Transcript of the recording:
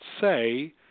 say